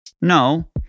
No